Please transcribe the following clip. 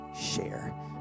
share